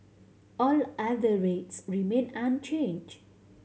all other rates remain unchanged